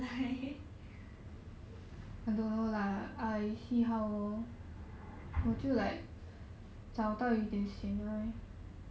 maybe just wait some more or go apply 多一点一直 apply apply apply